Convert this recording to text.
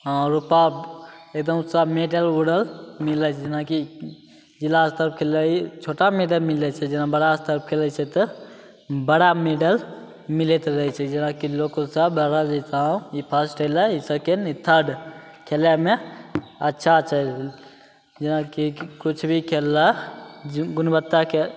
आओर रूपा एगदम सऽ मैडल उडल मिलै छै जेनाकि जिला स्तर पर खेललै छोटा मैडल मिलै छै जेना बड़ा स्तर पर खेलै छै तऽ बड़ा मैडल मिलैत रहै छै जेनाकि लोको सब ई फस्ट अयलै ई सकेंड ई थर्ड खेलेमे अच्छा छै जेनाकि किछु भी खेलला गुणवत्ताके